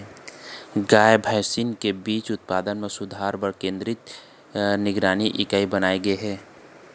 गाय, भइसी के बीज उत्पादन म सुधार बर केंद्रीय निगरानी इकाई बनाए गे हे